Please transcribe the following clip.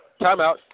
Timeout